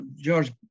George